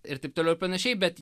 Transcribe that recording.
ir taip toliau ir panašiai bet